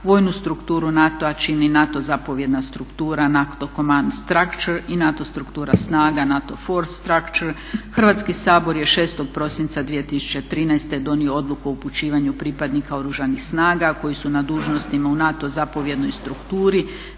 Vojnu strukturu NATO-a čini NATO zapovjedna struktura … i NATO struktura snaga …. Hrvatski sabor je 6. prosinca 2013. donio odluku o upućivanju pripadnika Oružanih snaga koji su na dužnostima u NATO zapovjednoj strukturi,